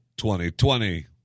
2020